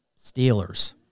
Steelers